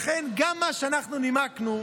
לכן גם מה שאנחנו נימקנו,